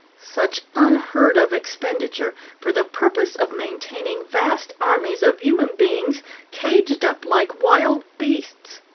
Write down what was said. such unheard-of expenditure for the purpose of maintaining vast armies of human beings caged up like wild beasts!